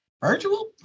Virtual